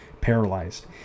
paralyzed